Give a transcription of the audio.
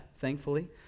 thankfully